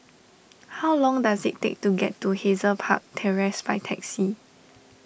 how long does it take to get to Hazel Park Terrace by taxi